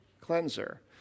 cleanser